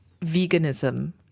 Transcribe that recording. veganism